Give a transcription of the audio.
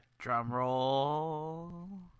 Drumroll